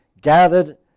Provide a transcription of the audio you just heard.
gathered